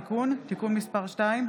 תיקון) (תיקון מס' 2),